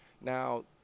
Now